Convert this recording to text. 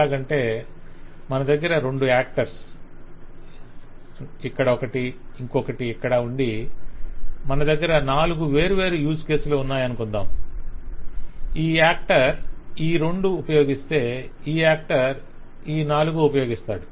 ఎలాగంటే మనదగ్గర రెండు యాక్టర్స్ ఒకటి ఇక్కడ ఇంకొకటి ఇక్కడ ఉండి మనదగ్గర నాలుగు వేర్వేరు యూస్ కేసులు ఉన్నాయనుకొందాం ఈ యాక్ట ర్ ఈ రెండు ఉపయోగిస్తే ఈ యాక్టర్ ఈ నాలుగు ఉపయోగిస్తాడు